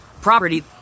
property